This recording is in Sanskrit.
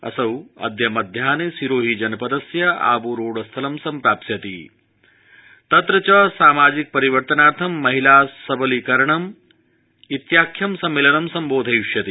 असौ अद्य मध्याहने सिरोही जनपदस्य आबू रोड स्थलं सम्प्राप्स्यति तत्र च सामाजिक परिवर्तनार्थं महिला सबलीकरणम् इत्याख्यं सम्मेलनं सम्बोधयिष्यति